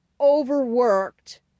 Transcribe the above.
overworked